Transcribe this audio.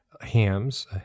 hams